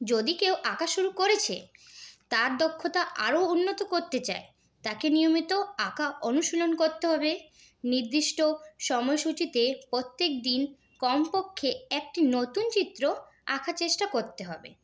যদি কেউ আঁকা শুরু করেছে তার দক্ষতা আরও উন্নত করতে চায় তাকে নিয়মিত আঁকা অনুশীলন করতে হবে নির্দিষ্ট সময়সূচীতে প্রত্যেকদিন কমপক্ষে একটি নতুন চিত্র আঁকার চেষ্টা করতে হবে